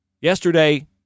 Yesterday